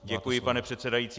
Děkuji, pane předsedající.